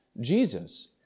Jesus